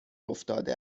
افتاده